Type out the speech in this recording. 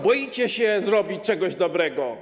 Boicie się zrobić coś dobrego?